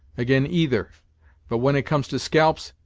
ag'in either but when it comes to scalps,